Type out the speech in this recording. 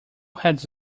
heads